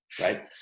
right